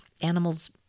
Animals